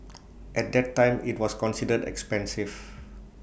at that time IT was considered expensive